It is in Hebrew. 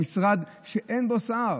למשרד שאין בו שר?